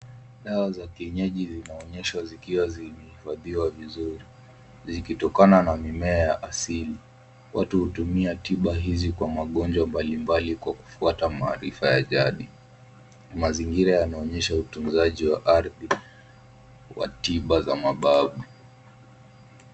Dawa za kienyeji vinaonyeshwa zikiwa zimehifadhiwa vizuri zikitokana na mimea ya asili. Watu hutumia tiba hizi kwa magonjwa mbalimbali kwa kufuata maarifa ya jadi. Mazingira yanaonyesha utunzaji wa ardhi wa tiba za mabavu.